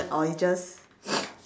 or it's just